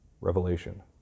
Revelation